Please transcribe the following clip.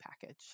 package